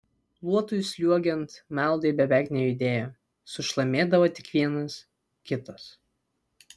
luotui sliuogiant meldai beveik nejudėjo sušlamėdavo tik vienas kitas